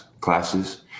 classes